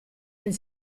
del